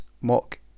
mock